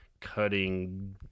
cutting